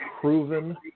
proven